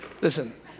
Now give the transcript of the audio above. Listen